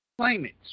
Claimants